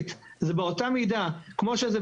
אז מה יכול להיות במצב הזה?